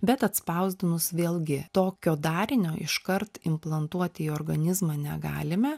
bet atspausdinus vėlgi tokio darinio iškart implantuoti į organizmą negalime